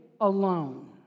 alone